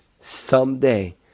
Someday